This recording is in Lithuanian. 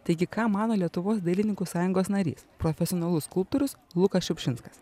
taigi ką mano lietuvos dailininkų sąjungos narys profesionalus skulptorius lukas šiupšinskas